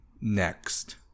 next